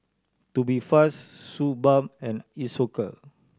Tubifast Suu Balm and Isocal